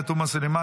עאידה תומא סלימאן,